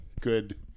good